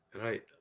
Right